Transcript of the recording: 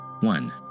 One